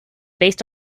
based